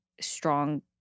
strong